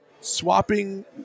swapping